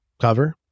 cover